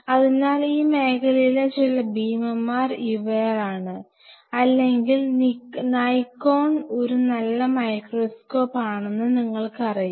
അതിനാൽ ഈ മേഖലയിലെ ചില ഭീമന്മാർ ഇവരാണ് അല്ലെങ്കിൽ നിക്കോൺ ഒരു നല്ല മൈക്രോസ്കോപ്പ് ആണെന്ന് നിങ്ങൾക്കറിയാം